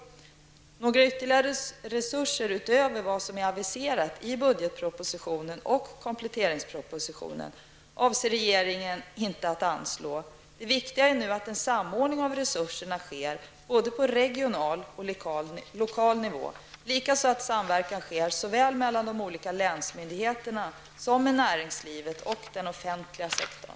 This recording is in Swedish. Några ytterligare resurser utöver vad som är aviserat i budgetpropositionen och kompletteringspropositionen avser regeringen inte att anslå. Det viktiga är nu att en samordning av resurserna sker på regional och lokal nivå. Likaså att samverkan sker såväl mellan de olika länsmyndigheterna som med näringslivet och den offentliga sektorn.